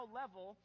level